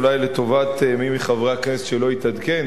אולי לטובת מי מחברי הכנסת שלא התעדכן,